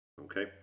okay